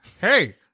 Hey